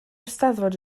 eisteddfod